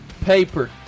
Paper